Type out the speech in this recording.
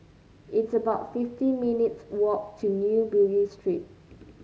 it's about fifty minutes' walk to New Bugis Street